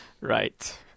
Right